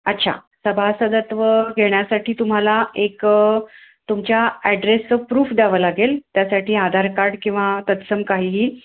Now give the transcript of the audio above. अच्छा सभासदत्व घेण्यासाठी तुम्हाला एक तुमच्या ॲड्रेसचं प्रूफ द्यावं लागेल त्यासाठी आधार कार्ड किंवा तत्सम काहीही